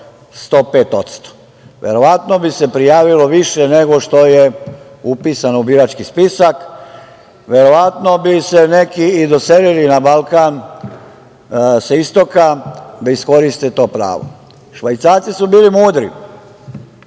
posto, verovatno bi se prijavilo više nego što je upisano u birački spisak. Verovatno bi se neki i doselili na Balkan sa istoka da iskoriste to pravo. Švajcarci su bili mudri,